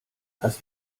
hast